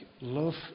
Love